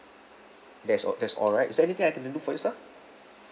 yes all that's all right is there anything I can do for you sir